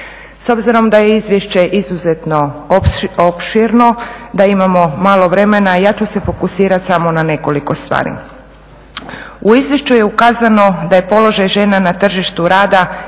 S obzirom da je izvješće izuzetno opširno, da imamo malo vremena ja ću se fokusirati samo na nekoliko stvari. U izvješću je ukazano da je položaj žena na tržištu rada